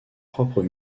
propres